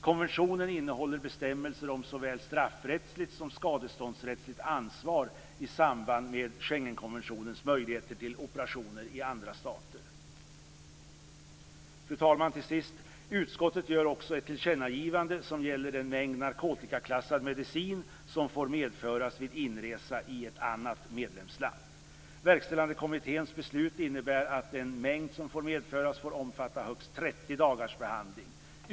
Konventionen innehåller bestämmelser om såväl straffrättsligt som skadeståndsrättsligt ansvar i samband med Schengenkonventionens möjligheter till operationer i andra stater. Utskottet gör också ett tillkännagivande som gäller den mängd narkotikaklassad medicin som får medföras vid inresa i ett annat medlemsland. Den verkställande kommitténs beslut innebär att den mängd som får medföras får omfatta högst 30 dagars behandling.